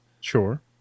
Sure